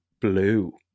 blue